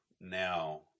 now